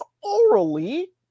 orally